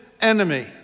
enemy